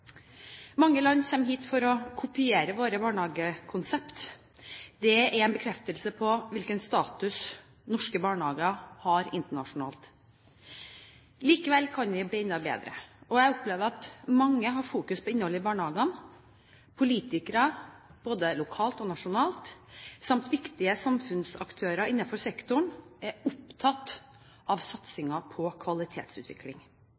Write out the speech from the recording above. Mange land kommer hit for å kopiere våre barnehagekonsept. Det er en bekreftelse på hvilken status norske barnehager har internasjonalt. Likevel kan vi bli enda bedre, og jeg opplever at mange har fokus på innholdet i barnehagene. Politikere både lokalt og nasjonalt samt viktige samfunnsaktører innenfor sektoren er opptatt av